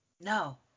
No